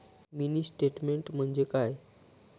Mini statement म्हणजे काय?